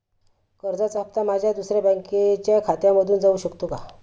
कर्जाचा हप्ता माझ्या दुसऱ्या बँकेच्या खात्यामधून जाऊ शकतो का?